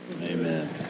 Amen